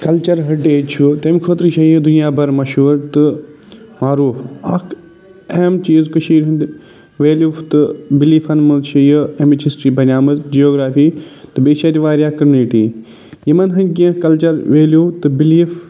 culture heritage چھُ تٔمۍ خٲطرٕ چھےٚ یہِ دُنیا بَر مہشوٗر تہٕ معروٗف اَکھ اَہَم چیٖز کٔشیٖرِ ہُنٛد وٮ۪لوٗ تہٕ بِلیٖفَن منٛز چھِ یہِ أمِچ ہسٹری بنیامٕژ جیوگرافی تہٕ بیٚیہِ چھِ اَتہِ واریاہ کمنِٹی یِمَن ۂنٛدۍ کیٚنہہ کَلچَر وٮ۪لوٗ تہٕ بِلیٖف